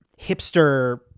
hipster